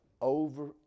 over